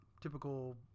typical